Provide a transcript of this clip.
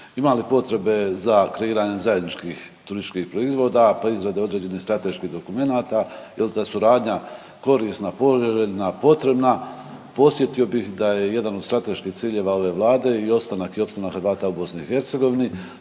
Ima li potrebe za kreiranjem zajedničkih turističkih proizvoda, proizvoda određenih strateških dokumenata. Je li ta suradnja korisna, poželjna, potrebna? Podsjetio bih da je jedan od strateških ciljeva ove Vlade i ostanak i opstanak Hrvata u BiH